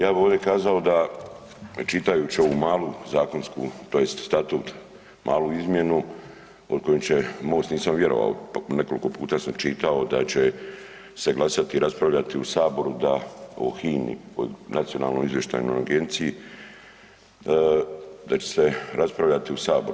Ja bih ovdje kazao da čitajući malu zakonsku, tj. statut malu izmjenu o kojem će Most, nisam vjerovao nekoliko puta sam čitao da će se glasati i raspravljati u Saboru o HINA-i Nacionalnoj izvještajno agenciji da će sa raspravljati u Saboru.